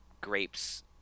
grapes